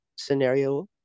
scenario